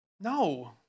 no